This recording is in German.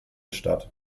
statt